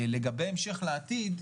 לגבי המשך לעתיד,